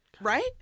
Right